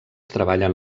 treballen